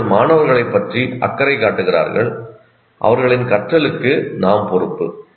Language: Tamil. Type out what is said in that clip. அவர்கள் மாணவர்களைப் பற்றி அக்கறை காட்டுகிறார்கள் அவர்களின் கற்றலுக்கு நாம் பொறுப்பு